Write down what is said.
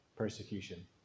persecution